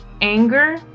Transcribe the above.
anger